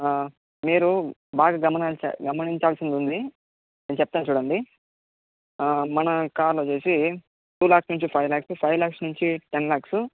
మీరు బాగా గమనించ గమనించాల్సింది ఉంది నేను చెప్తాను చూడండి మన కార్లు వచ్చేసి టూ ల్యాక్స్ నుంచి ఫైవ్ ల్యాక్స్ ఫైవ్ ల్యాక్స్ నుంచి టెన్ ల్యాక్స్